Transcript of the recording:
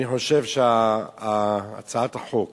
אני חושב שהצעת החוק